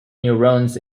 neurons